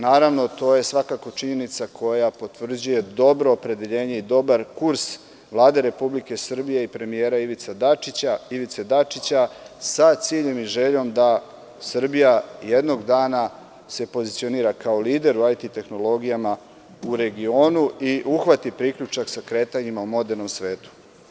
Naravno, svakako da je to činjenica koja potvrđuje dobro opredeljenje i dobar kurs Vlade Republike Srbije i premijera Ivice Dačića, sa ciljem i željom da Srbija jednog dana se pozicionira kao lider u IT tehnologijama u regionu i uhvati priključak sa kretanjima u modernom svetu.